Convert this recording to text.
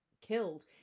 killed